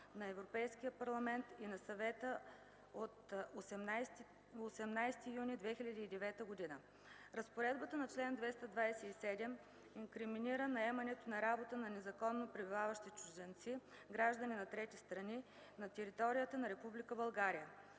на Европейския парламент и на Съвета от 18 юни 2009 г. Разпоредбата на чл. 227 инкриминира наемането на работа на незаконно пребиваващи чужденци, граждани на трети страни, на територията на Република България.